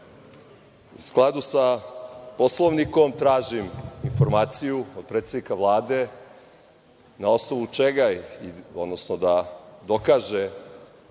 skladu sa Poslovnikom tražim informaciju od predsednika Vlade, na osnovu čega je, odnosno da dokaže